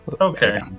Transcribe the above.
Okay